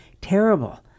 terrible